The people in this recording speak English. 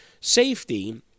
safety